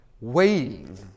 Waiting